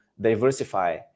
diversify